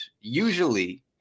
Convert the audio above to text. usually